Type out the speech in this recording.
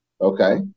okay